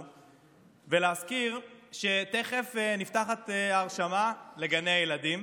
ולהזכיר שתכף נפתחת ההרשמה לגני הילדים.